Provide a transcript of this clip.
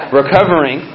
recovering